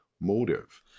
motive